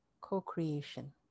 co-creation